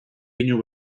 pinu